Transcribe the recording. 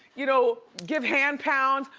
you know, give hand pounds.